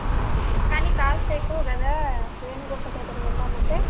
కానీ కాస్ట్ ఎక్కువ కదా రేణిగుంట దగ్గర వెళ్ళాం అంటే